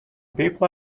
people